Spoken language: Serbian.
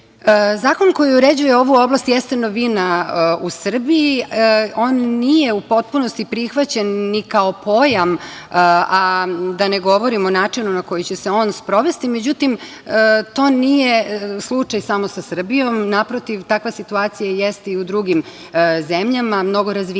koji uređuje ovu oblast jeste novina u Srbiji. On nije u potpunosti prihvaćen ni kao pojam, a da ne govorim o načinu na koji će se on sprovesti. Međutim, to nije slučaj samo sa Srbijom. Naprotiv, takva situacija jeste i u drugim zemljama, mnogo razvijenijim